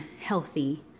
healthy